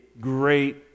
great